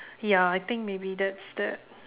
ya I think maybe that's that